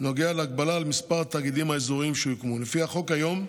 נוגע להגבלה על מספר התאגידים האזוריים שיוקמו: לפי החוק היום,